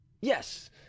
Yes